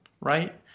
Right